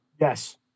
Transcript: Yes